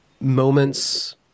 moments